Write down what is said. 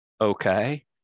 okay